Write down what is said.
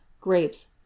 grapes